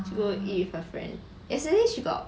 she go eat with her friend yesterday she got